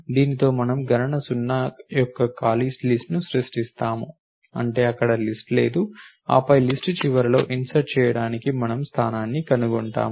దీనితో మనము గణన సున్నా యొక్క ఖాళీ లిస్ట్ ను సృష్టిస్తాము అంటే అక్కడ లిస్ట్ లేదు ఆపై లిస్ట్ చివరిలో ఇన్సర్ట్ చేయడానికి మనము స్థానాన్ని కనుగొంటాము